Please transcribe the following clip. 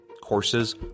Courses